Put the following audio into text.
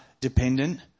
dependent